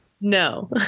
no